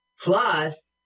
Plus